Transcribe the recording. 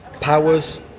Powers